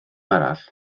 arall